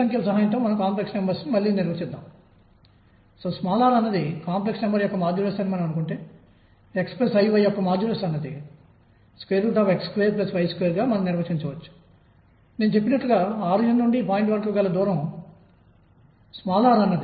మరియు దీని ద్వారా కృష్ణ వస్తువు వర్ణపటంబ్లాక్ బాడీ రేడియేషన్ వివరించబడింది